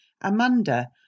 Amanda